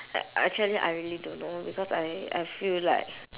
act~ actually I really don't know because I I feel like